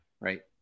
right